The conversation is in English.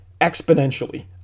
exponentially